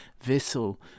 vessel